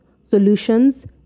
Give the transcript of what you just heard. solutions